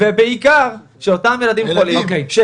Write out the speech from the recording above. ולגרום לכך שאותם ילדים חולים,